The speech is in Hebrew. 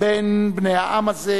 בין בני העם הזה,